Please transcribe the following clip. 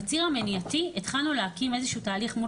בציר המניעתי התחלנו להקים איזה שהוא תהליך מול